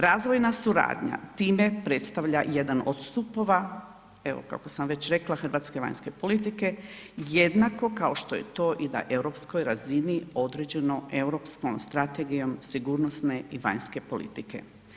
Razvojna suradnja time predstavlja jedan od stupova, evo kako sam već rekla hrvatske vanjske politike, jednako kao što je to i na europskoj razini određeno Europskom strategijom sigurnosne i vanjske politike.